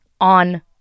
on